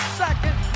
second